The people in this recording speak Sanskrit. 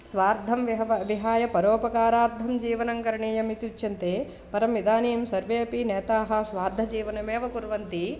स्वार्थं विहव विहाय परोपकारार्थं जीवनङ्करणीयमित्युच्यन्ते परम् इदानीं सर्वे अपि नेताः स्वार्थंजीवनमेव कुर्वन्ति